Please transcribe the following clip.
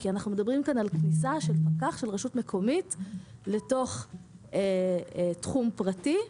כי אנחנו מדברים כאן על כניסה של פקח של רשות מקומית לתוך תחום פרטי.